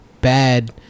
bad